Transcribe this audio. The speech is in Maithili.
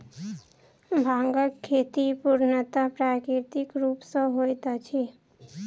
भांगक खेती पूर्णतः प्राकृतिक रूप सॅ होइत अछि